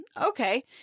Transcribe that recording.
okay